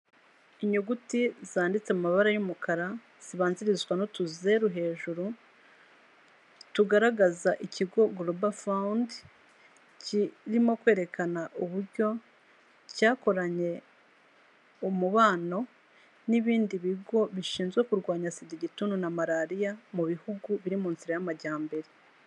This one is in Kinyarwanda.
Inyuguti zanditse amabara y'umukara zibanzirizwa n'utuzeru hejuru, tugaragaza ikigo GLOBAL FUND, kirimo kwerekana uburyo cyakoranye umubano n'ibindi bigo bishinzwe kurwanya SIDA, igituntu na malariya mu bihugu biri mu nzira y'amajyambere.